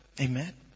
Amen